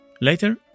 Later